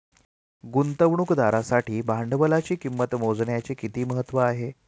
गुंतवणुकदारासाठी भांडवलाची किंमत मोजण्याचे किती महत्त्व आहे?